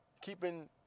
keeping